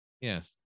Yes